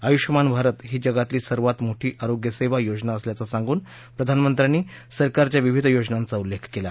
आयुष्मान भारत ही जगातली सर्वात मोठी आरोग्य सेवा योजना असल्याचं सांगून प्रधानमंत्र्यांनी सरकारच्या विविध योजनांचा उल्लेख केला